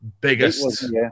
biggest